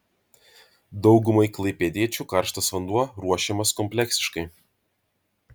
daugumai klaipėdiečių karštas vanduo ruošiamas kompleksiškai